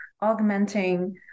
augmenting